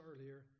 earlier